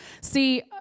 See